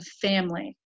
family